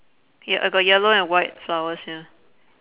ya I got yellow and white flowers ya